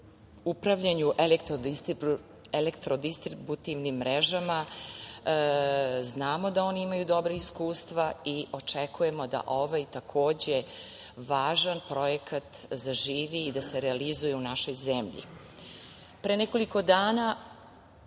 upravljanju elektrodistributivnim mrežama. Znamo da oni imaju dobra iskustva i očekujemo da ovaj važan projekat zaživi i da se realizuje u našoj zemlji. Pre nekoliko dana,